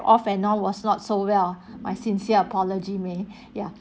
off and on was not so well my sincere apology may ya